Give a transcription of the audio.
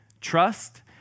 trust